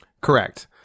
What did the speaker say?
Correct